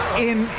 in